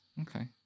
Okay